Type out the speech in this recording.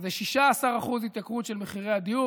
זה 16% התייקרות של מחירי הדיור,